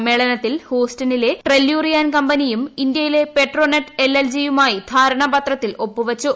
സമ്മേളനത്തിൽ ഹൂസ്റ്റണിലെ ടെല്യൂറിയാൻ കമ്പനിയും ഇന്ത്യയിലെ പെട്രോനെറ്റ് എൽ എൽ ജിയുമായി ധാരണാപത്രത്തിൽ ഒപ്പുവച്ചു